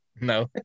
No